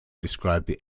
described